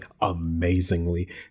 amazingly